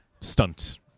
stunt